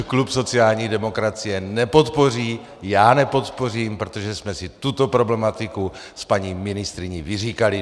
Klub sociální demokracie nepodpoří, já nepodpořím, protože jsme si tuto problematiku s paní ministryní vyříkali.